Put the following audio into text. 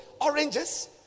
oranges